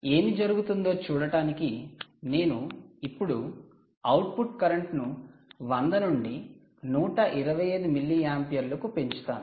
ఏమి జరుగుతుందో చూడటానికి నేను ఇప్పుడు అవుట్పుట్ కరెంట్ ను100 నుండి 125 మిల్లియాంపియర్ల కు పెంచుతాను